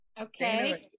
Okay